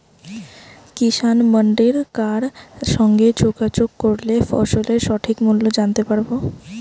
কিষান মান্ডির কার সঙ্গে যোগাযোগ করলে ফসলের সঠিক মূল্য জানতে পারবো?